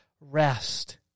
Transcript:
rest